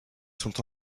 sont